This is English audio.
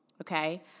okay